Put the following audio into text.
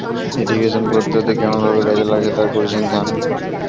irrigation পদ্ধতি কেমন ভাবে কাজে লাগছে তার পরিসংখ্যান